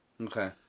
Okay